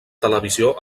televisió